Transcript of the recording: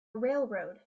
railroad